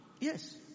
Yes